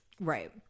Right